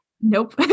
Nope